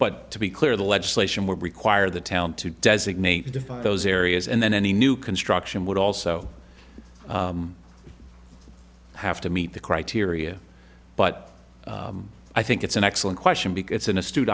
but to be clear the legislation would require the town to designate define those areas and then any new construction would also have to meet the criteria but i think it's an excellent question because it's an ast